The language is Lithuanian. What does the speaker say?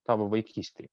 tavo vaikystėj